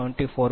061 p